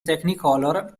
technicolor